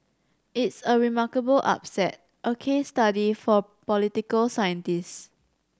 it's a remarkable upset a case study for political scientists